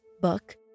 book